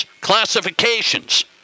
classifications